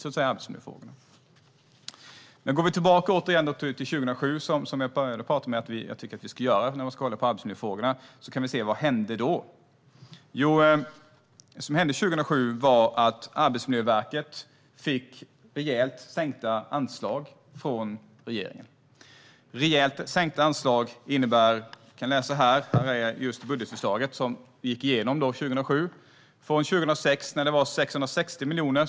Låt oss gå tillbaka till 2007, som jag började att tala om att jag tycker att vi ska göra när vi ska titta på arbetsmiljöfrågorna, och se vad som hände då. Det som hände var att Arbetsmiljöverket fick rejält sänkta anslag från regeringen. Rejält sänkta anslag innebär till exempel det vi kan läsa här i det budgetförslag som gick igenom 2007. År 2006 hade Arbetsmiljöverket 660 miljoner.